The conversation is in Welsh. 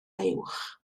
uwch